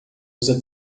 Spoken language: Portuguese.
usa